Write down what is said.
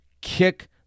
kick